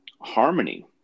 harmony